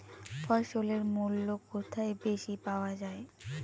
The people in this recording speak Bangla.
ফসলের মূল্য কোথায় বেশি পাওয়া যায়?